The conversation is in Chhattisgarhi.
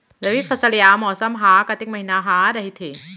रबि फसल या मौसम हा कतेक महिना हा रहिथे?